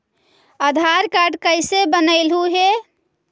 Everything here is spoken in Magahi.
आधार कार्ड कईसे बनैलहु हे?